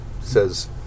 says